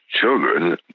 children